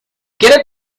quiere